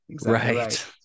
Right